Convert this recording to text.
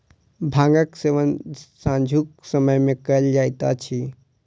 भांगक सेवन सांझुक समय मे कयल जाइत अछि